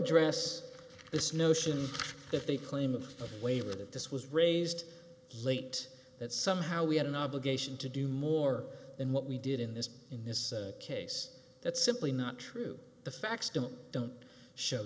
address this notion that the claim of a waiver that this was raised late that somehow we had an obligation to do more than what we did in this in this case that's simply not true the facts don't don't show